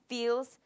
feels